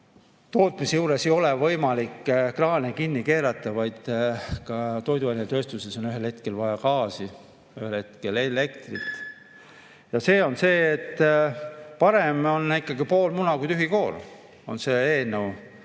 tootmise juures ei ole võimalik kraane kinni keerata. Näiteks toiduainetööstuses on ühel hetkel vaja gaasi, ühel hetkel elektrit. Ja see eelnõu on see, et parem pool muna kui tühi koor. Mul on